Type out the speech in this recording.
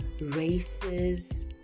races